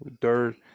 dirt